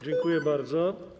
Dziękuję bardzo.